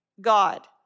God